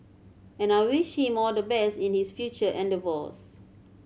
and I wish him all the best in his future endeavours